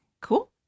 Cool